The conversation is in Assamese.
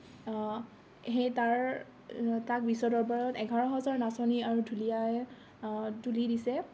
সেই তাৰ তাক বিশ্ব দৰবাৰত এঘাৰ হাজাৰ নাচনি আৰু ঢুলীয়াই তুলি দিছে